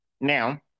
Now